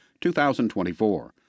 2024